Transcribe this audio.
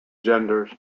genders